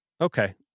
Okay